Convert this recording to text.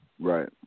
Right